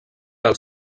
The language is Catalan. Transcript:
els